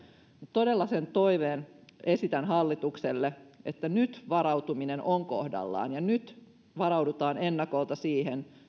niin todella sen toiveen esitän hallitukselle että nyt varautuminen olisi kohdallaan ja nyt varaudutaan ennakolta siihen